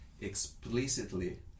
explicitly